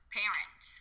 parent